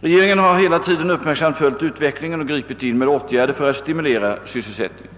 Regeringen har hela tiden uppmärksamt följt utvecklingen och gripit in med åtgärder för att stimulera sysselsättningen.